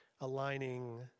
aligning